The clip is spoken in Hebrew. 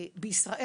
בישראל,